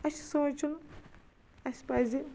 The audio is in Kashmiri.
أسۍ چھَ سونچُن أسۍ پٔزِ یہ